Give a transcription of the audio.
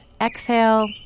exhale